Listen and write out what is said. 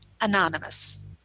anonymous